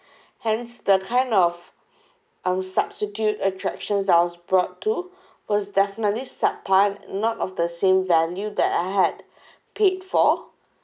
hence the kind of um substitute attractions that I was brought to was definitely sub par not of the same value that I had paid for